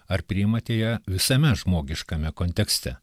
ar priimate ją visame žmogiškame kontekste